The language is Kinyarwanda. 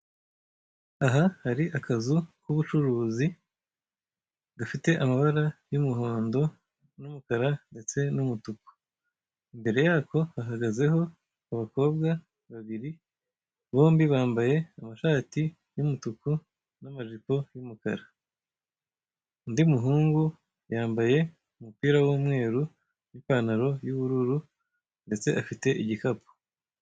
Aha hari akazu k'ubucuruzi, gafite amabara y'umuhondo n'umukara ndetse n'umutuku. Imbere yako hahagazeho abakobwa babiri, bombi bambaye amashati y'umutuku n'amajipo y'umukara. Undi muhungu yambaye umupira w'umweru n'ipantaro y'ubururu ndetse afite igikapu.